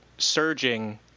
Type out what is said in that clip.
surging